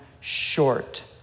short